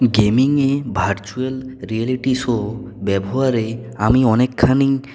গেমিংয়ে virtual reality show ব্যবহারে আমি অনেকখানি